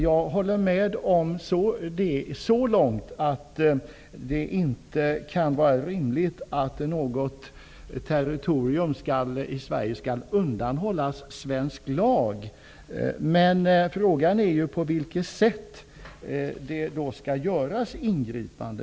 Jag håller med så långt att det inte kan vara rimligt att något territorium i Sverige skall undandras svensk lag. Frågan är på vilket sätt ingripanden skall göras.